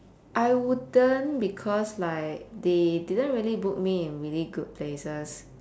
I wouldn't because like they didn't really book me in really good places